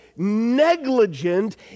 negligent